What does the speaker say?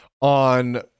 on